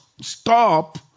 stop